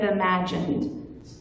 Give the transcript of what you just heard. imagined